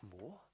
more